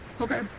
Okay